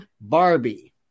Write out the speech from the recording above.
Barbie